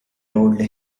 told